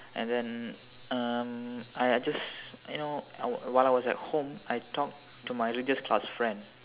and then um I I just you know while I was at home I talked to my religious class friend